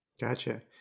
gotcha